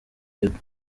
yego